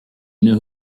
know